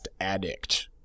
Addict